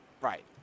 Right